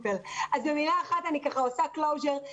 במילה אחת אני רוצה לסכם,